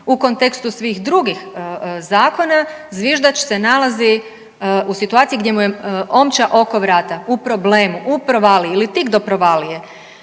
u kontekstu svih drugih zakona zviždač se nalazi u situaciji gdje mu je omča oko vrata, u problemu, u provaliji ili tik do provalije.